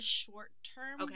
short-term